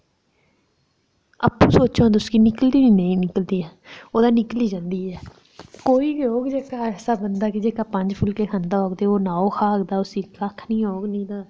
आपूं सोचो हां तुस कि निकलदी जां नेईं निकलदी ऐ ओह् तां निकली जंदी ऐ कोई गै होग कि जेह्का ऐसा बंदा पंज फुल्के खंदा होग ते ओह् नौ खाह्ग तां उसी कक्ख निं होग नेईं तां